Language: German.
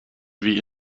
wie